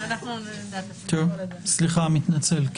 מתנצל.